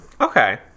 Okay